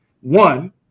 one